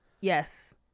Yes